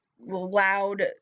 loud